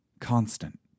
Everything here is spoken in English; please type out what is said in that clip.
constant